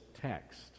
text